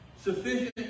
Sufficient